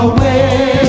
Away